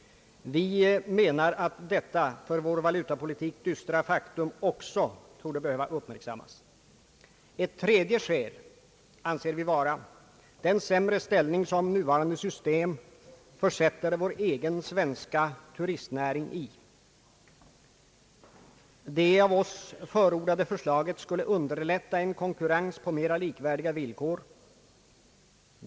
Vi anser att även detta, för vår valutapolitik dystra faktum, borde uppmärksammas. Ett tredje skäl anser vi vara den sämre ställning som nuvarande system försätter vår egen svenska turistnäring i. Det av oss förordade förslaget skulle underlätta en konkurrens på mera likvärdiga villkor.